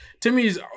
Timmy's